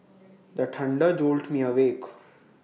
the thunder jolt me awake